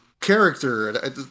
character